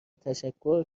تشکر